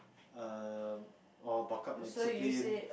err or buck up my discipline